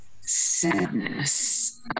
sadness